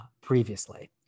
previously